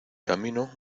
camino